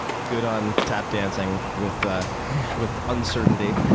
good on tap dancing with ah with uncertainty,